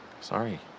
Sorry